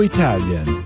Italian